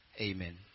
Amen